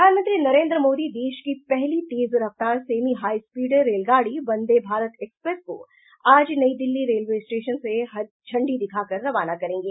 प्रधानमंत्री नरेन्द्र मोदी देश की पहली तेज रफ्तार सेमी हाई स्पीड रेलगाड़ी वंदे भारत एक्सप्रेस को आज नई दिल्ली रेलवे स्टेशन से झंडी दिखाकर रवाना करेंगे